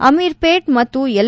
ಅಮೀರ್ ಹೇಟ್ ಮತ್ತು ಎಲ್